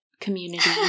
community